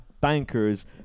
bankers